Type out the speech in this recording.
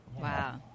Wow